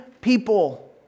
people